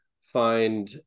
find